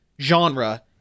genre